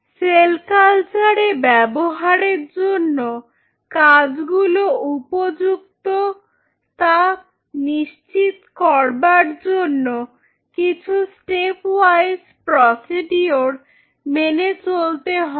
sell কালচারে ব্যবহারের জন্য কাঁচগুলো উপযুক্ত তা নিশ্চিত করবার জন্য কিছু স্টেপ ওয়াইস্ প্রসিডিওর মেনে চলতে হবে